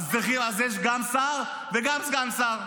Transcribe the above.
אז יש גם שר וגם סגן שר.